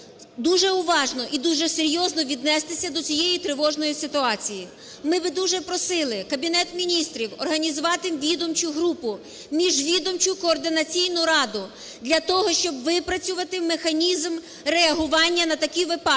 дуже уважно і дуже серйозно віднестися до цієї тривожної ситуації. Ми би дуже просили Кабінет Міністрів організувати відомчу групу, міжвідомчу координаційну раду для того, щоб випрацювати механізм реагування на такі випадки.